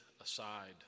aside